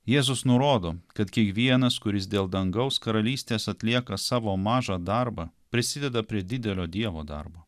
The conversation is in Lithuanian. jėzus nurodo kad kiekvienas kuris dėl dangaus karalystės atlieka savo mažą darbą prisideda prie didelio dievo darbo